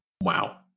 Wow